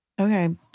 Okay